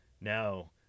now